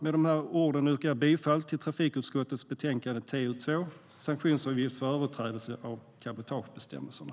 Jag yrkar bifall till förslaget i trafikutskottets betänkande TU2, Sanktionsavgift för överträdelse av cabotagebestämmelserna .